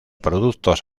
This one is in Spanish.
productos